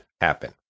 happen